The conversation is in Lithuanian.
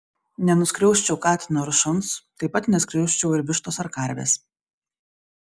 nenuskriausčiau katino ar šuns taip pat neskriausčiau ir vištos ar karvės